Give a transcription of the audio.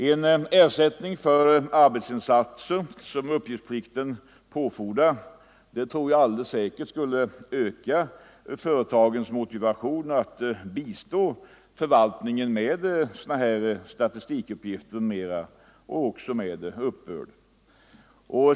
En ersättning för arbetsinsatser som uppgiftsplikten påfordrar tror jag alldeles säkert skulle öka företagens motivation att bistå förvaltningen med statistikuppgifter och även med uppbörd.